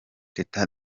teta